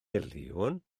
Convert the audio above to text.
miliwn